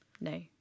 No